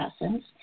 essence